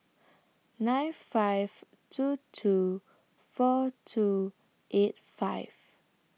nine five two two four two eight five